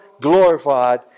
glorified